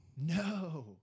No